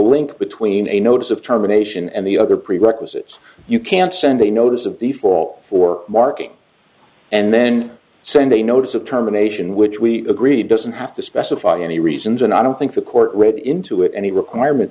link between a notice of terminations and the other prerequisites you can send a notice of the fall for marking and then send a notice of terminations which we agree doesn't have to specify any reasons and i don't think the court read into it any requirement